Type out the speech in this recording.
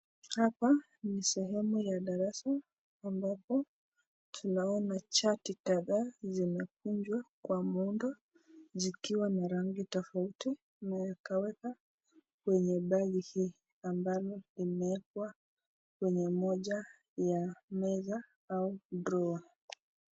Hapa ni sehemu ya darasa ambapo, tunaona chati kadhaa zimekujwa, zikiwa na rangi tofauti, inawekwa wekwa kwenye bagi hii ambalo imewekwa kwenye moja ya meza au drawer .